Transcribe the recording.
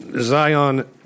Zion